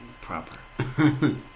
proper